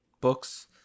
books